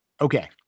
Okay